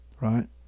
right